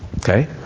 Okay